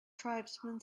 tribesman